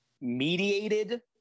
mediated